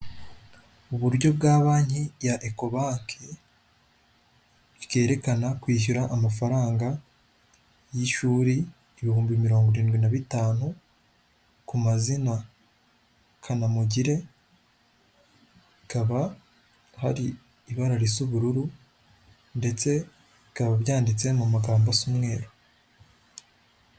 Uburyo bwa banki ya ekobanki bwerekana kwishyura amafaranga y'ishuri ibihumbi mirongo irindwi na bitanu ku mazina Kanamugire hakaba hari ibara ry'ubururu ndetse bikaba byanditse mu magambo asa umweru.